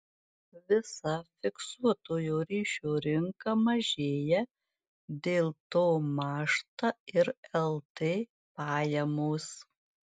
visa fiksuotojo ryšio rinka mažėja dėl to mąžta ir lt pajamos